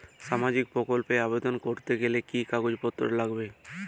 সামাজিক প্রকল্প এ আবেদন করতে গেলে কি কাগজ পত্র লাগবে?